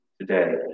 today